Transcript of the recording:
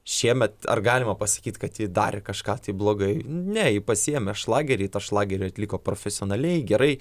šiemet ar galima pasakyt kad ji darė kažką tai blogai ne ji pasiėmė šlagerį ji tą šlagerį atliko profesionaliai gerai